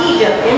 Egypt